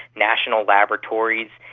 national laboratories,